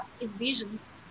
envisioned